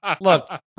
Look